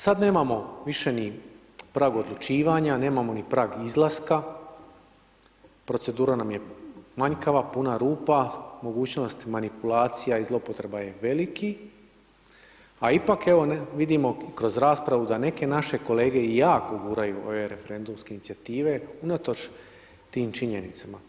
Sad nemamo više ni prag odlučivanja, nemamo ni prag izlaska, procedura nam je manjkava, puna rupa, mogućnost manipulacija i zloupotreba je veliki, a ipak, evo, vidimo kroz raspravu da neke naše kolege i jako guraju ove referendumske inicijative unatoč tim činjenicama.